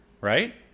right